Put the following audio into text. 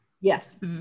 yes